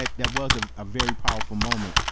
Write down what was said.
like that was a ah very powerful moment.